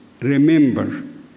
remember